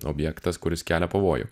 objektas kuris kelia pavojų